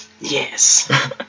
Yes